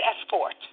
escort